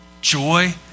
joy